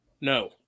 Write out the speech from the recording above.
no